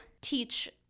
teach